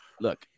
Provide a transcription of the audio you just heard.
look